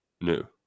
new